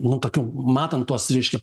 nu tokių matan tuos reiškia